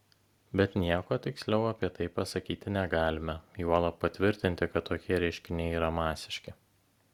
bet nieko tiksliau apie tai pasakyti negalime juolab patvirtinti kad tokie reiškiniai yra masiški